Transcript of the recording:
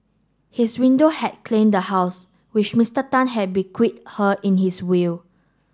his window had claimed the house which Mister Tan had bequeathed her in his will